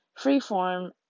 Freeform